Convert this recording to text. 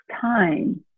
time